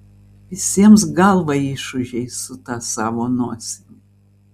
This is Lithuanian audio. visiems galvą išūžei su ta savo nosine